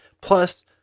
Plus